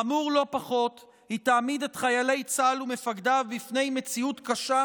חמור לא פחות: היא תעמיד את חיילי צה"ל ומפקדיו בפני מציאות קשה,